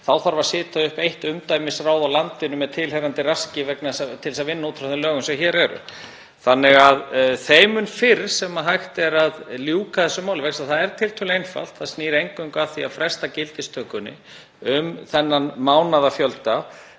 þá þarf að setja upp eitt umdæmisráð á landinu með tilheyrandi raski til þess að vinna út frá þeim lögum sem hér eru. Þannig að því fyrr sem hægt er að ljúka þessu máli, vegna þess að það er tiltölulega einfalt, það snýr eingöngu að því að fresta gildistökunni um þennan mánaðafjölda,